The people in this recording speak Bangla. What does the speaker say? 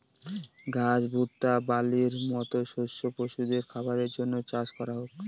ঘাস, ভুট্টা, বার্লির মতো শস্য পশুদের খাবারের জন্য চাষ করা হোক